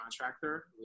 contractor